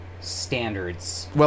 standards